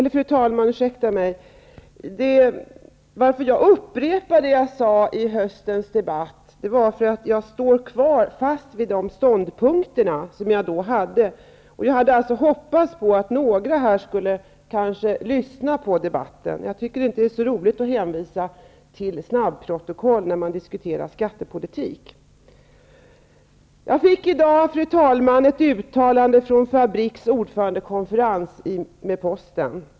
Fru talman! Jag upprepade vad jag sade i höstens debatt därför att jag ville markera att jag står fast vid de ståndpunkter som jag då hade. Jag hade hoppats på att någon ändå skulle lyssna på debatten. Jag tycker inte det är så roligt att hänvisa till ett snabbprotokoll när vi diskuterar skattepolitik. Jag fick i dag, fru talman, ett uttalande från Fabriks ordförandekonferens med posten.